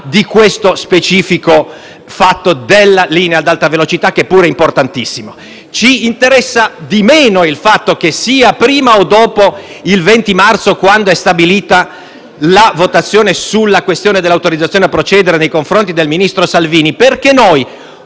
di là dello specifico fatto della linea ad alta velocità, che pure è importantissimo. Ci interessa di meno il fatto che la discussione della mozione sia prima o dopo il 20 marzo, quando è stabilita la votazione sulla questione dell'autorizzazione a procedere nei confronti del ministro Salvini, perché sul